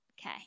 Okay